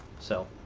so.